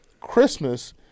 Christmas